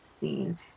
scene